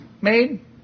made